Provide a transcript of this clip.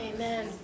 Amen